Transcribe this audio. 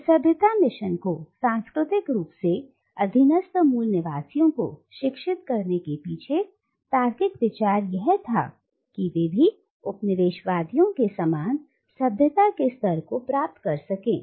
इस सभ्यता मिशन को सांस्कृतिक रूप से अधीनस्थ मूल निवासियों को शिक्षित करने के पीछे तार्किक विचार यह था कि वे भी उपनिवेशवादियों के समान सभ्यता के के स्तर को प्राप्त कर सकें